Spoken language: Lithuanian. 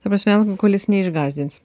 ta prasme alkoholis neišgąsdins